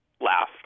laugh